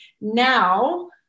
now